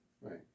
Right